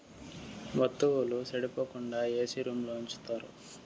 వత్తువుల సెడిపోకుండా ఏసీ రూంలో ఉంచుతారు